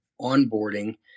onboarding